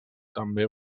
també